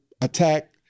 attack